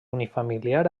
unifamiliar